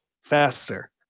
faster